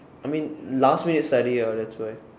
I mean last minute study ah that's why